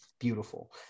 beautiful